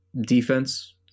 defense